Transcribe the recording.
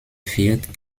wird